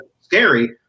scary